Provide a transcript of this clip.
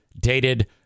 dated